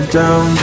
down